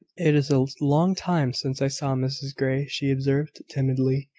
it is a long time since i saw mrs grey, she observed, timidly.